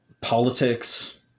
politics